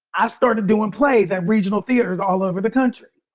i started doing plays at regional theaters all over the country.